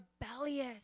rebellious